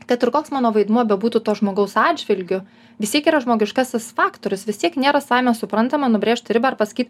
kad ir koks mano vaidmuo bebūtų to žmogaus atžvilgiu vis tiek yra žmogiškasis faktorius vis tiek nėra savaime suprantama nubrėžti ribą ir pasakyt